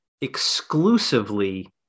exclusively